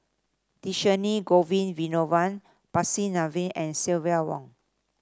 Dhershini Govin Winodan Percy Neice and Silvia Yong